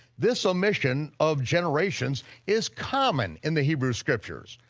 this omission of generations is common in the hebrew scriptures.